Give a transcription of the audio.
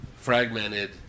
fragmented